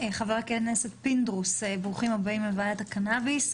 חבר הכנסת פינדרוס, ברוכים הבאים לוועדת הקנאביס.